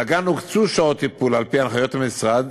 לגן הוקצו שעות טיפול על-פי הנחיות המשרד,